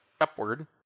upward